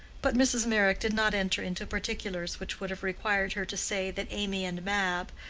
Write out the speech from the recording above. but mrs. meyrick did not enter into particulars which would have required her to say that amy and mab,